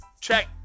Check